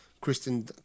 Kristen